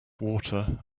water